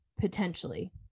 potentially